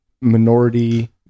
minority